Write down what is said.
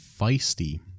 feisty